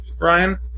Ryan